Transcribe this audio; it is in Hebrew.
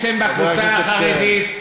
ואז אני בא ואומר: אלה שהם בקבוצה החרדית,